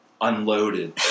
unloaded